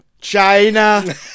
China